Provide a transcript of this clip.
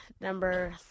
Number